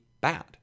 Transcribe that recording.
bad